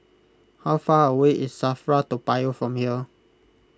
how far away is Safra Toa Payoh from here